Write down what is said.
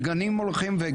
וגנים הולכים,